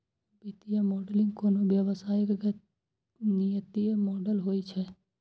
वित्तीय मॉडलिंग कोनो व्यवसायक गणितीय मॉडल होइ छै